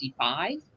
55